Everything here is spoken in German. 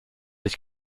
ich